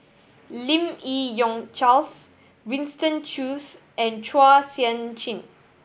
Lim Yi Yong Charles Winston Choos and Chua Sian Chin